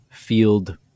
field